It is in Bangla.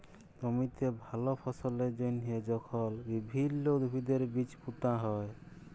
জমিতে ভাল ফললের জ্যনহে যখল বিভিল্ল্য উদ্ভিদের বীজ পুঁতা হ্যয়